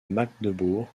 magdebourg